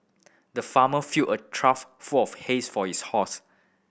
the farmer filled a trough full of hay for his horse